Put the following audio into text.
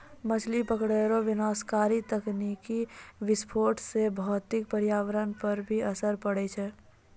मछली पकड़ै रो विनाशकारी तकनीकी विस्फोट से भौतिक परयावरण पर असर पड़ै छै